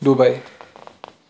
Dubai